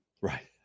right